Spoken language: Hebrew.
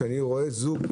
כשאני רואה זוג,